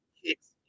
kicks